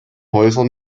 häuser